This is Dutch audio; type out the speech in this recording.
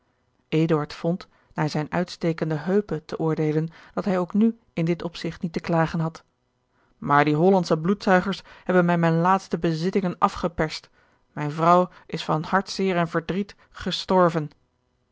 naar zijne uitstekende heupen te oordeelen dat hij ook nu in dit opzigt niet te george een ongeluksvogel klagen had maar die hollandsche bloedzuigers hebben mij mijne laatste bezittingen afgeperst mijne vrouw is van hartzeer en verdriet gestorven